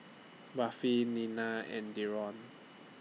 Buffy Nina and Deron